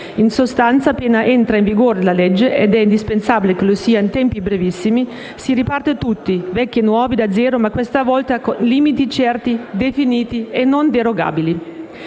In sostanza, appena entra in vigore la legge - ed è indispensabile che lo sia in tempi brevissimi - si riparte tutti, vecchi e nuovi, da zero, ma questa volta con limiti certi, definiti e non derogabili.